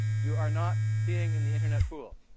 you are not peeing in the internet pool.